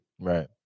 right